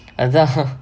அதான்:athaan